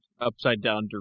upside-down